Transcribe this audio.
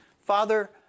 Father